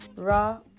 raw